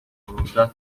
voluntad